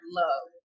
love